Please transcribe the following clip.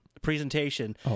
presentation